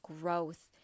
growth